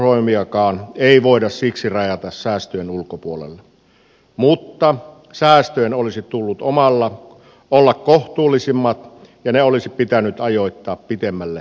puolustusvoimiakaan ei voida siksi rajata säästöjen ulkopuolelle mutta säästöjen olisi tullut olla kohtuullisemmat ja ne olisi pitänyt ajoittaa pitemmälle aikavälille